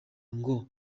ngo